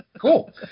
cool